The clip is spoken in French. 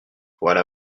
voilà